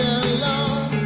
alone